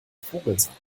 vogelsang